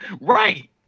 Right